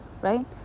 right